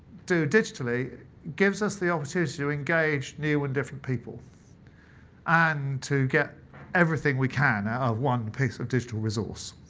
do digitally gives us the opportunity to engage new and different people and to get everything we can out of one piece of digital resource.